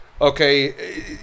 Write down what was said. Okay